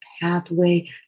pathway